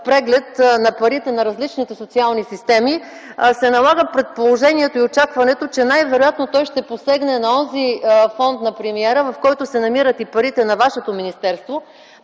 преглед на парите на различните социални системи, се налага предположението и очакването, че най-вероятно той ще посегне на онзи фонд на премиера, в който се намират и парите на Вашето министерство.